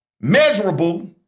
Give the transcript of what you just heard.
measurable